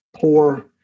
poor